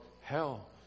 hell